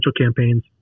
campaigns